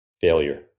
Failure